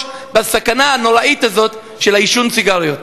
בסכנה הנוראית הזאת של עישון סיגריות.